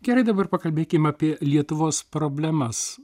gerai dabar pakalbėkim apie lietuvos problemas